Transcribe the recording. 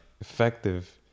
effective